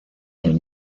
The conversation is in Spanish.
del